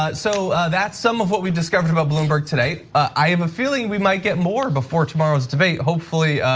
but so that's some of what we've discovered about bloomberg today. i have a feeling we might get more before tomorrow's debate. hopefully,